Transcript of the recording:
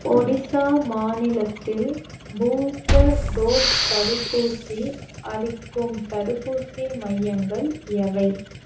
ஒடிசா மாநிலத்தில் booster dose தடுப்பூசி அளிக்கும் தடுப்பூசி மையங்கள் எவை